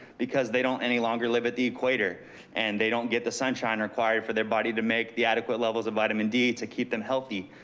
because they don't any longer live at the equator and they don't get the sunshine required for their body to make the adequate levels of vitamin d to keep them healthy.